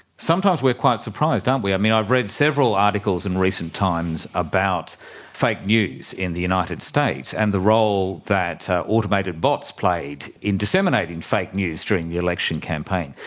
sometimes we are quite surprised aren't we. i mean, i've read several articles in recent times about fake news in the united states and the role that automated bots played in disseminating fake news during the election campaign.